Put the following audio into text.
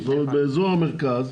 זאת אומרת באזור המרכז,